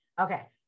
Okay